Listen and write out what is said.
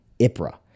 IPRA